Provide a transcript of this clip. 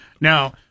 Now